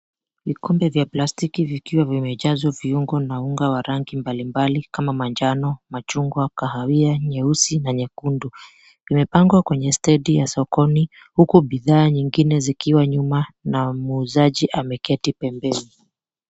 Vikombe vya plastiki vikiwa vimejazwa viungo na unga wa rangi mbalimbali kama manjano, machungwa , kahawia , nyeusi na nyekundu. Vimepangwa kwenye stendi ya sokoni huku bidhaa nyingine zikiwa nyuma na muuzaji ameketi pembeni.